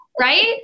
Right